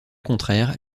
contraire